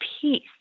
peace